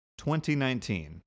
2019